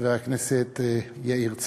חבר הכנסת לשעבר, חבר הכנסת יאיר צבן,